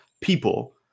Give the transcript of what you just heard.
people